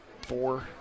four